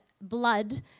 blood